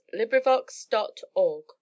LibriVox.org